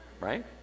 right